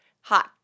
hot